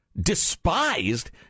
despised